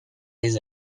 les